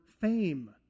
fame